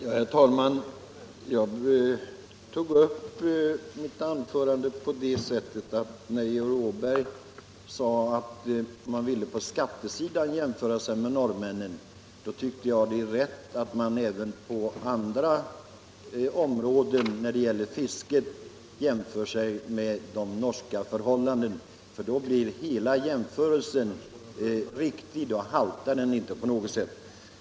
Herr talman! I mitt anförande ville jag påpeka för herr Åberg, att om man på skattesidan jämför sig med norrmännen så bör man även på andra områden inom fisket jämföra sig med de norska förhållandena. Då blir hela jämförelsen riktig, då haltar den inte.